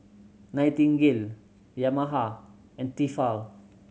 Nightingale Yamaha and Tefal